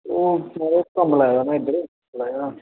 एह् पलौड़ा कम्म लाए दा में इद्धर